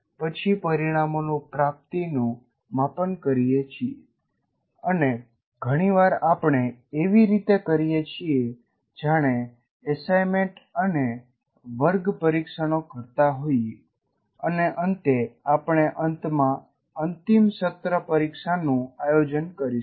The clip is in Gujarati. પછી પરિણામોની પ્રાપ્તિનું માપન કરીએ છીએ અને ઘણી વાર આપણે એવી રીતે કરીએ છીએ જાણે એસાઈમેન્ટ અને વર્ગ પરીક્ષણો કરતા હોઈએ અને અંતે આપણે અંતમાં અંતિમ સત્ર પરીક્ષાનું આયોજન કરીશું